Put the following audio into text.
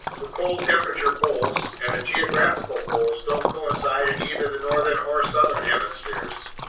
the cold-temperature poles and the geographical poles don't coincide in either the northern or southern hemispheres,